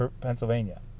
Pennsylvania